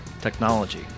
technology